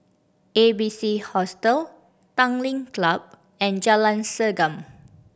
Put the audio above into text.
A B C Hostel Tanglin Club and Jalan Segam